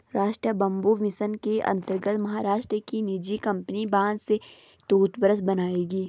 राष्ट्रीय bamboo mission के अंतर्गत महाराष्ट्र की निजी कंपनी बांस से टूथब्रश बनाएगी